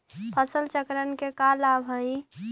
फसल चक्रण के का लाभ हई?